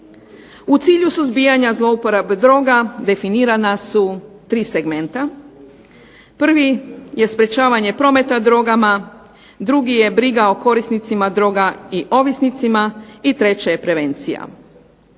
U cilju suzbijanja zlouporabe droga definirana su tri segmenta. Prvi je sprečavanje prometa drogama, drugi je briga o korisnicima droga i ovisnicima i treće je prevencija.